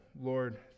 Lord